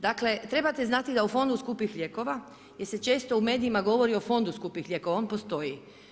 Dakle, trebate znati da u Fondu skupih lijekova jer se često u medijima govori o Fondu skupih lijekova, on postoji.